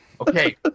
okay